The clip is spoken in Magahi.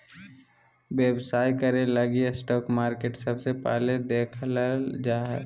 व्यवसाय करे लगी स्टाक मार्केट सबसे पहले देखल जा हय